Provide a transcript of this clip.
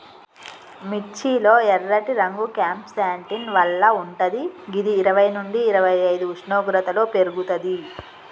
మిర్చి లో ఎర్రటి రంగు క్యాంప్సాంటిన్ వల్ల వుంటది గిది ఇరవై నుండి ఇరవైఐదు ఉష్ణోగ్రతలో పెర్గుతది